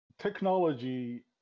Technology